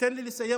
תן לי לסיים,